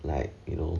like you know